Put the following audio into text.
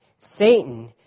Satan